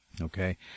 Okay